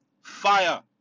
Fire